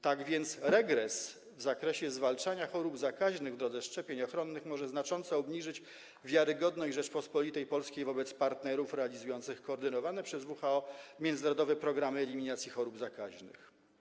Tak więc regres w zakresie zwalczania chorób zakaźnych w drodze szczepień ochronnych może znacząco obniżyć wiarygodność Rzeczypospolitej Polskiej wobec partnerów realizujących koordynowane przez WHO międzynarodowe programy eliminacji chorób zakaźnych.